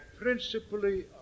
principally